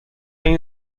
این